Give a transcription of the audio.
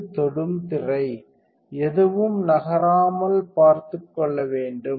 இது தொடும் வரை எதுவும் நகராமல் பார்த்துக் கொள்ள வேண்டும்